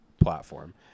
platform